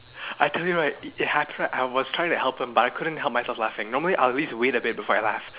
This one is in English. I told you right it happened I was trying to help him but I couldn't help myself laughing normally I will at least wait a bit before I laugh